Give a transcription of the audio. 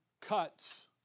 Cuts